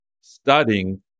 studying